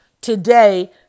today